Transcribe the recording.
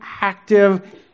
active